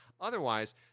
otherwise